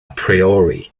priori